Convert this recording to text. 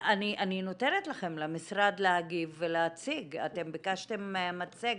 אני נותנת למשרד להגיב ולהציג, אתם ביקשתם מצגת,